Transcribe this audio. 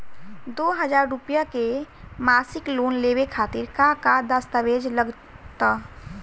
दो हज़ार रुपया के मासिक लोन लेवे खातिर का का दस्तावेजऽ लग त?